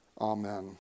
Amen